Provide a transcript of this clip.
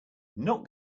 not